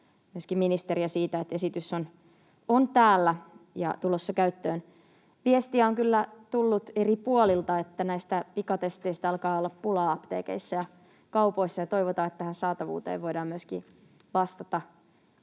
ja myöskin ministeriä siitä, että esitys on täällä ja tulossa käyttöön. Viestiä on kyllä tullut eri puolilta, että näistä pikatesteistä alkaa olla pulaa apteekeissa ja kaupoissa. Toivotaan, että tähän saatavuuteen voidaan myöskin vastata.